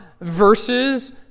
verses